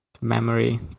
memory